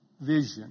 vision